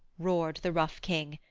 roared the rough king,